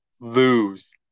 lose